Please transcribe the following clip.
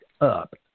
up